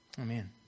Amen